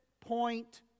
point